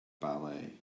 ballet